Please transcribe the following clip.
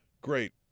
Great